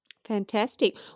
Fantastic